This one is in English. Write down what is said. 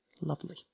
lovely